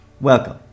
Welcome